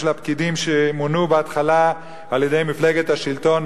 הפקידים שמונו בהתחלה על-ידי מפלגת השלטון,